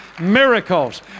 Miracles